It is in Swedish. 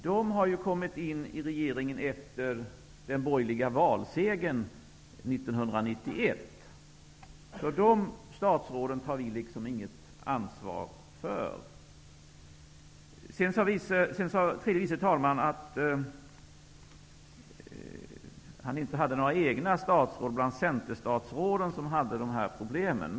De har ju kommit in i regeringen efter den borgerliga valsegern 1991, så de statsråden tar vi liksom inget ansvar för. Sedan sade tredje vice talmannen att inget av centerstatsråden hade de här problemen.